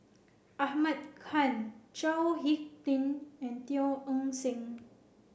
Ahmad Khan Chao Hick Tin and Teo Eng Seng